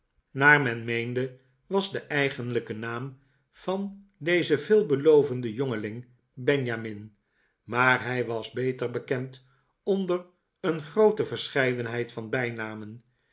naar men meende was de eigenlijke naam van dezen veelbelovenden jongeling benjamin maar hij was beter bekend onder een groote verscheidenheid van bijnamen